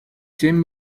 семь